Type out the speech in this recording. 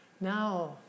Now